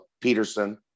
Peterson